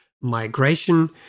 migration